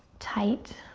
tight,